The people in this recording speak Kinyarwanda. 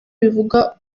bivuga